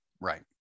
right